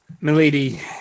milady